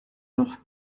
noch